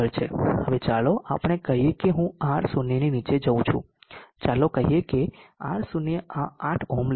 હવે ચાલો આપણે કહીએ કે હું R0 ની નીચે જઉં છું ચાલો કહીએ કે R0 આ 8 ઓહ્મ લેશે